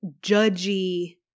judgy